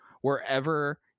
wherever